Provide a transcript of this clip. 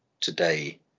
today